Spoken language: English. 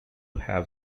have